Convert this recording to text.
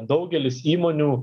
daugelis įmonių